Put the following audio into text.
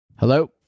Hello